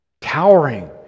Towering